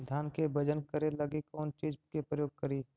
धान के बजन करे लगी कौन चिज के प्रयोग करि?